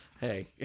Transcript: hey